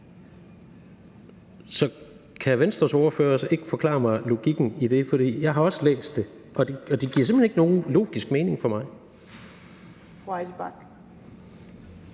Så kan Venstres ordfører ikke forklare mig logikken i det? For jeg har også læst det, og det giver simpelt hen ikke nogen logisk mening for mig.